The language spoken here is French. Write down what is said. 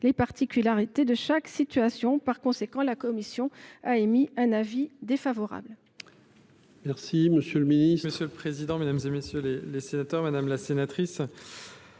les particularités de chaque situation. Par conséquent, la commission a émis un avis défavorable